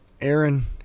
Aaron